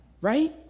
Right